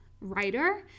writer